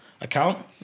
account